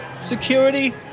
security